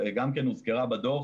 גם היא הוזכרה בדוח,